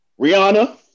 Rihanna